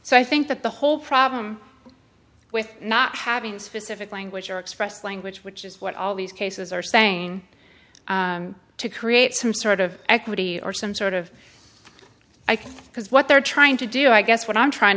so i think that the whole problem with not having specific language or expressed language which is what all these cases are saying to create some sort of equity or some sort of i think because what they're trying to do i guess what i'm trying